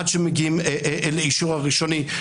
עד שמגיעים לאישור הראשוני,